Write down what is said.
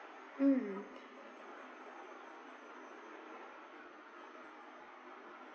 mm